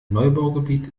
neubaugebiet